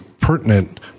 pertinent